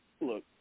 look